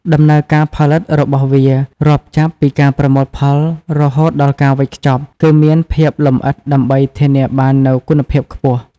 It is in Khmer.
ដំណើរការផលិតរបស់វារាប់ចាប់ពីការប្រមូលផលរហូតដល់ការវេចខ្ចប់ គឺមានភាពលម្អិតដើម្បីធានាបាននូវគុណភាពខ្ពស់។